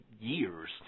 years